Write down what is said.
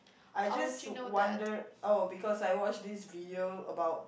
I just wonder oh because I watch this video about